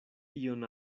ion